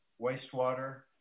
wastewater